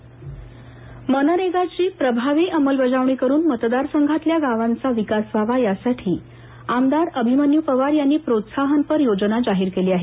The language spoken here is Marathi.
मनरेगा मनरेगाची प्रभावी अंमलबजावणी करून मतदारसंघातल्या गावांचा विकास व्हावा यासाठी आमदार अभिमन्यू पवार यांनी प्रोत्साहनपर योजना जाहीर केली आहे